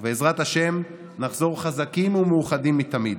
ובעזרת השם נחזור חזקים ומאוחדים מתמיד.